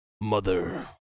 mother